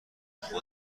خدا